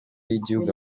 y’igihugu